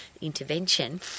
intervention